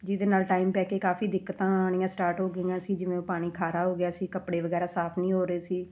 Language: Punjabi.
ਜਿਹਦੇ ਨਾਲ ਟਾਈਮ ਪੈ ਕੇ ਕਾਫੀ ਦਿੱਕਤਾਂ ਆਉਣੀਆਂ ਸਟਾਰਟ ਹੋ ਗਈਆਂ ਸੀ ਜਿਵੇਂ ਪਾਣੀ ਖਾਰਾ ਹੋ ਗਿਆ ਸੀ ਕੱਪੜੇ ਵਗੈਰਾ ਸਾਫ਼ ਨਹੀਂ ਹੋ ਰਹੇ ਸੀ